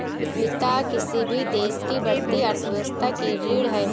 उद्यमिता किसी भी देश की बढ़ती अर्थव्यवस्था की रीढ़ है